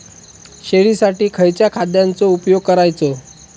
शेळीसाठी खयच्या खाद्यांचो उपयोग करायचो?